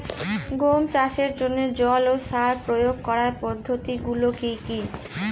গম চাষের জন্যে জল ও সার প্রয়োগ করার পদ্ধতি গুলো কি কী?